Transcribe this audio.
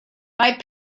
mae